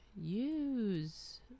use